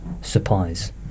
supplies